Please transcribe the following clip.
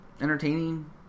entertaining